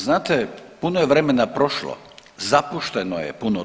Znate puno je vremena prošlo, zapušteno je puno toga.